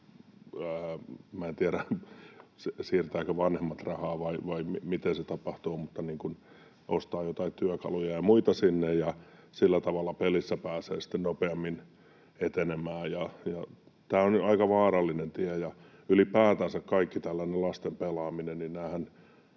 siirtävätkö vanhemmat rahaa vai miten se käytännössä tapahtuu — ostaa jotain työkaluja ja muita, ja sillä tavalla pelissä pääsee sitten nopeammin etenemään. Tämä on aika vaarallinen tie, ja ylipäätänsä kaikki tällainen lasten pelaaminen